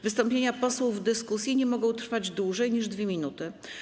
Wystąpienia posłów w dyskusji nie mogą trwać dłużej niż 2 minuty.